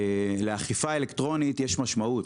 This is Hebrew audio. לאכיפה אלקטרונית יש משמעות.